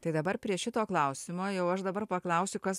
tai dabar prie šito klausimo jau aš dabar paklausiu kas